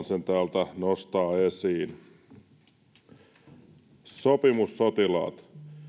sen täältä nostaa esiin sopimussotilaat